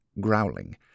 growling